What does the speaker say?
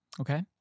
okay